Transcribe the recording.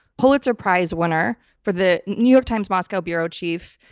pulitzer prize winner for the new york times moscow bureau chief,